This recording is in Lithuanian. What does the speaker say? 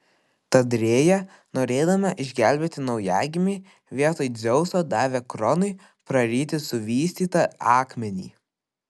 tad rėja norėdama išgelbėti naujagimį vietoj dzeuso davė kronui praryti suvystytą akmenį